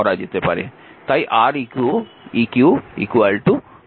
তাই Req R1 R2